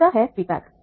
कैसा है फीडबैक